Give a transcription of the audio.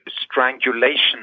strangulation